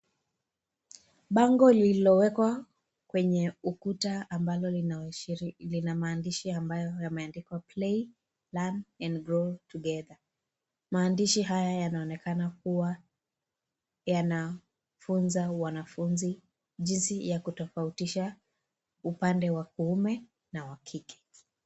Bango lililowekwa kwenye ukuta ambalo lina maandishi ambayo yameandikwa (cs)Play learn and grow together(CS) maandishi haya yanaonekana yanawafunza wanafunzi kutofautisha upande wa kuume na wa kike.